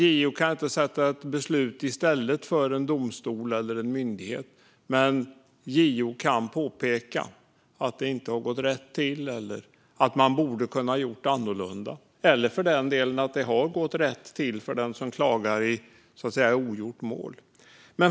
JO kan inte fatta ett beslut i stället för en domstol eller en myndighet. Men JO kan påpeka att det inte har gått rätt till eller att man borde ha kunnat göra annorlunda. Det kan för den delen påpekas att det har gått rätt till och att den som klagar är i ogjort mål.